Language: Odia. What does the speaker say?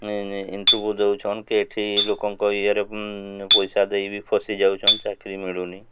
ଇଣ୍ଟର୍ଭ୍ୟୁ ଦେଉଛନ୍ କେଠି ଲୋକଙ୍କ ଇଏରେ ପଇସା ଦେଇ ବି ଫସି ଯାଉଛନ୍ ଚାକିରି ମିଳୁନି